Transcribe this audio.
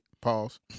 pause